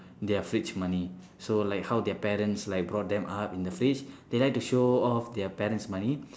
their fridge money so like how their parents like brought them up in the fridge they like to show off their parents' money